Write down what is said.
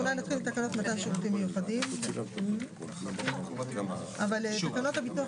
נתחיל בתקנות מתן שירותים מיוחדים: תקנות הביטוח